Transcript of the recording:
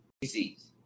disease